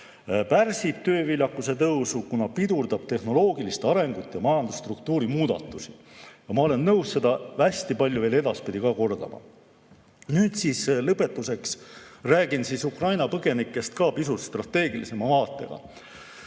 pärsib tööviljakuse tõusu, kuna see pidurdab tehnoloogilist arengut ja majandusstruktuuri muudatusi. Ma olen nõus seda hästi palju veel edaspidi kordama. Nüüd siis lõpetuseks räägin Ukraina põgenikest ka pisut strateegilisema vaatega.